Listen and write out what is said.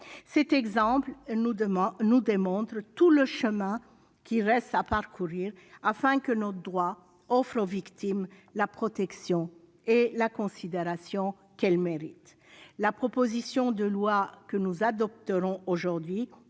Cet exemple nous démontre tout le chemin qui reste à parcourir afin que notre droit offre aux victimes la protection et la considération qu'elles méritent. La proposition de loi que nous adopterons aujourd'hui